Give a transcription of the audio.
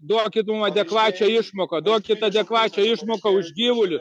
duokit mum adekvačią išmoką duokit adekvačią išmoką už gyvulius